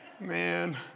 Man